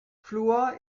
fluor